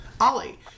Ollie